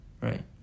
Right